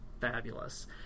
fabulous